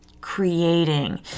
creating